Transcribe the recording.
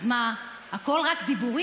אז מה, הכול רק דיבורים?